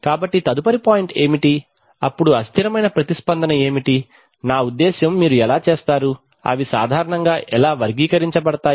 కాబట్టి తదుపరి పాయింట్ ఏమిటి అప్పుడు అస్థిరమైన ప్రతిస్పందన ఏమిటి నా ఉద్దేశ్యం మీరు ఎలా చేస్తారు అవి సాధారణంగా ఎలా వర్గీకరించబడతాయి